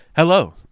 Hello